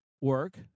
work